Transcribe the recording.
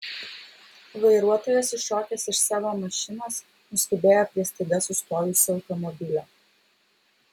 vairuotojas iššokęs iš savo mašinos nuskubėjo prie staiga sustojusio automobilio